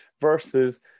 versus